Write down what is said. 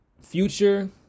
Future